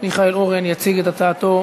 מיכאל אורן יציג את הצעתו